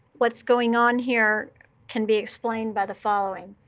what's going on here can be explained by the following.